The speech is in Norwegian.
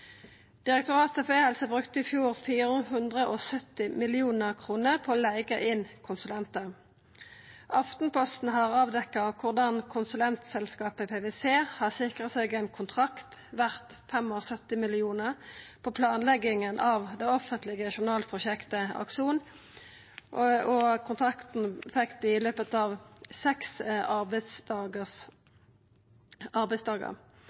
Direktoratet for e-helse brukte i fjor 470 mill. kr på å leiga inn konsulentar. Aftenposten har avdekt korleis konsulentselskapet PwC har sikra seg ein kontrakt verdt 75 mill. kr på planlegginga av det offentlege journalprosjektet Akson. Kontrakten fekk dei i løpet av seks arbeidsdagar.